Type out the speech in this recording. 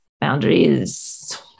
boundaries